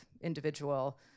individual